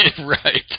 Right